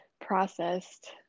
processed